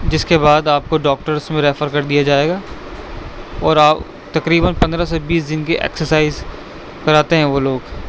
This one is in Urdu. جس کے بعد آپ کو ڈاکٹرس میں ریفر کر دیا جائے گا اور آپ تقریباً پندرہ سے بیس دن کی ایکسرسائز کراتے ہیں وہ لوگ